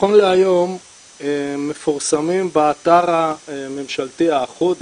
נכון להיום מפורסמים באתר הממשלתי האחוד,